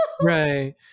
Right